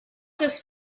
this